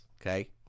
Okay